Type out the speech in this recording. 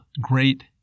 great